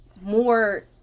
more